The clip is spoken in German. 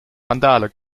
randale